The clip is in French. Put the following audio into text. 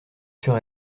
sur